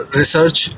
research